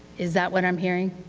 is that what i'm hearing?